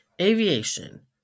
Aviation